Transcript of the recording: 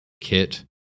kit